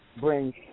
bring